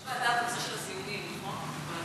יש ועדה בנושא של הזיהומים, נכון?